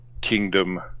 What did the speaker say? kingdom